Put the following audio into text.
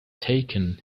taken